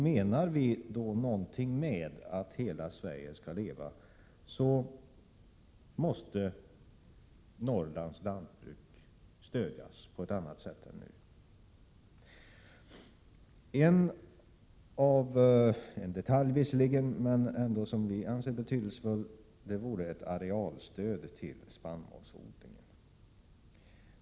Menar vi någonting med att hela Sverige skall leva, då måste Norrlands lantbruk stödjas på ett annat sätt än nu. Ett sätt vore — det gäller visserligen en detalj men en detalj som vi anser betydelsefull — att införa ett arealstöd till spannmålsodlingen.